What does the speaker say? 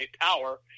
Power